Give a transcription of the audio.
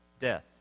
death